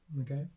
Okay